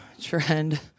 trend